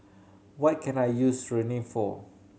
what can I use Rene for